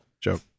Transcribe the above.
joke